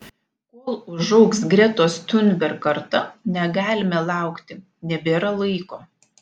kol užaugs gretos thunberg karta negalime laukti nebėra laiko